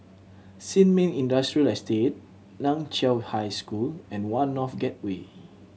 Sin Ming Industrial Estate Nan Chiau High School and One North Gateway